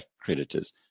creditors